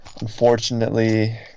Unfortunately